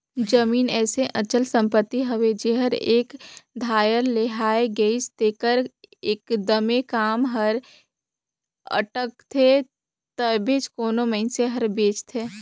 जमीन अइसे अचल संपत्ति हवे जेहर एक धाएर लेहाए गइस तेकर एकदमे काम हर अटकथे तबेच कोनो मइनसे हर बेंचथे